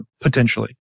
potentially